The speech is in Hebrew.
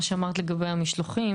מה שאמרת לגבי המשלוחים,